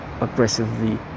aggressively